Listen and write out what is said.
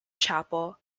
chapel